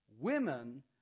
Women